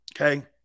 okay